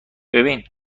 ببین